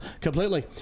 completely